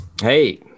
Hey